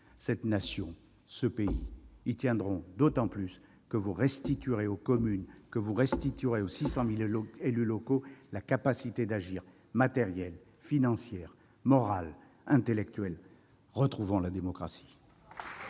répondrai que ce pays tiendra d'autant plus que vous restituerez aux communes et aux 600 000 élus locaux leur capacité d'agir matérielle, financière, morale et intellectuelle. Retrouvons la démocratie